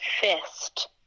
fist